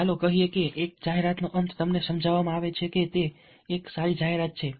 ચાલો કહીએ કે એક જાહેરાતનો અંત તમને સમજાવવામાં આવે છે કે તે એક સારી જાહેરાત છે